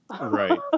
Right